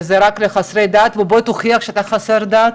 שהוא רק לחסרי דת ובוא תוכיח שאתה חסר דת,